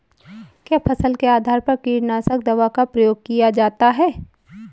क्या फसल के आधार पर कीटनाशक दवा का प्रयोग किया जाता है?